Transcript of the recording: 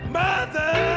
mother